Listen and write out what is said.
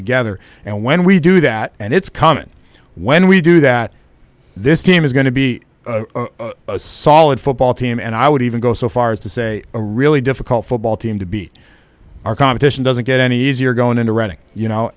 together and when we do that and it's coming when we do that this team is going to be a solid football team and i would even go so far as to say a really difficult football team to beat our competition doesn't get any easier going into running you know